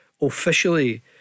officially